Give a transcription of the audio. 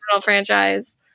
franchise